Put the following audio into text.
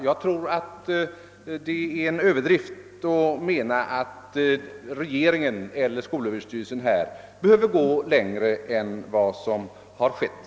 Jag tror det är överdrift att hävda att regeringen eller skolöverstyrelsen bör gå längre än vad som har skett.